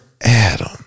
adam